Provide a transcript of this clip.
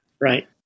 Right